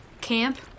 camp